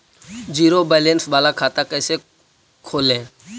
Zero balance बाला खाता कैसे खोले?